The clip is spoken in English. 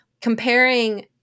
Comparing